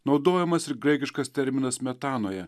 naudojamas ir graikiškas terminas metanoje